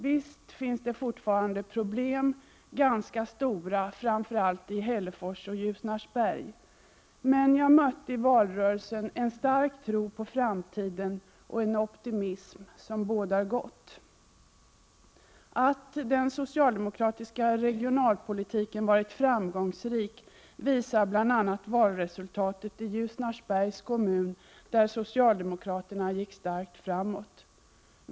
Visst finns det fortfarande problem, ganska stora, framför allt i Hällefors och Ljusnarsberg. Men jag mötte i valrörelsen en stark tro på framtiden och en optimism som bådar gott. Att den socialdemokratiska regionalpolitiken varit framgångsrik visar bl.a. valresultatet i Ljusnarsbergs kommun, där socialdemokraterna gick starkt framåt.